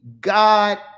God